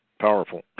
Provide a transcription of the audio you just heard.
powerful